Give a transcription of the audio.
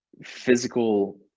physical